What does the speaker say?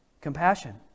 Compassion